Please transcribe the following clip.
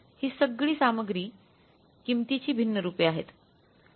ही सगळी सामग्री किमतीची भिन्न रूपे आहेत